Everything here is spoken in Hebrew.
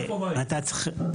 אתה צריך --- מאיפה באים?